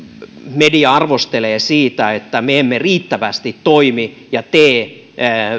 media arvostelee siitä että me emme riittävästi toimi ja tee